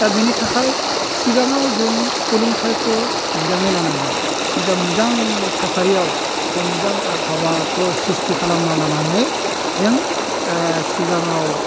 दा बेनि थाखाय सिगाङाव जुं सोलोंथाइखौ मोजाङै लानांगोन मोजां मोजां थासारियाव बा मोजां आबहाबाखो सिस्ति खालामना लानानै जों सिगाङाव